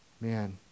Man